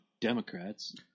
Democrats